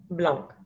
blanc